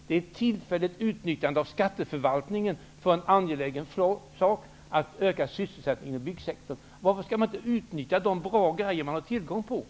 Det är fråga om ett tillfälligt utnyttjande av skatteförvaltningen för en angelägen uppgift, att öka sysselsättningen i byggsektorn. Skall man inte utnyttja de goda resurser som man har tillgång till?